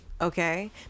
okay